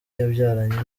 yabyaranye